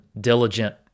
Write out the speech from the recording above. diligent